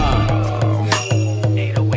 808